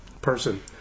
person